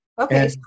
Okay